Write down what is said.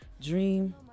Dream